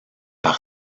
par